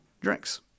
drinks